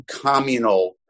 communal